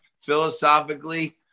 Philosophically